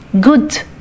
good